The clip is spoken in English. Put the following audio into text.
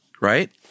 right